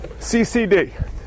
CCD